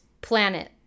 planet